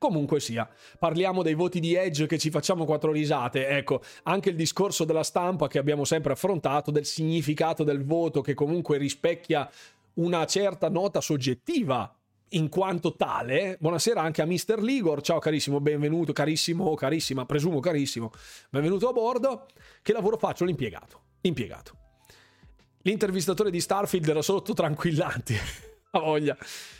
Comunque sia, parliamo dei voti di Edge che ci facciamo quattro risate. Ecco, anche il discorso della stampa che abbiamo sempre affrontato, del significato del voto che comunque rispecchia una certa nota soggettiva in quanto tale. Buonasera anche a Mr. Ligor. Ciao, carissimo, benvenuto. Carissimo, carissima, presumo carissimo. Benvenuto a bordo. Che lavoro faccio? L'impiegato. Impiegato. L'intervistatore di Starfield era solo tutto tranquillante. Ha voglia.